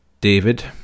David